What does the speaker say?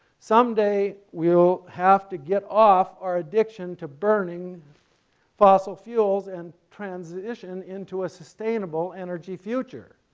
someday we'll have to get off our addiction to burning fossil fuels and transition into a sustainable energy future.